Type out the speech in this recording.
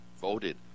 voted